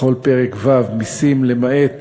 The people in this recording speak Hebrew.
בכל פרק ו', מסים, למעט